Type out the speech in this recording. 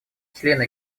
члены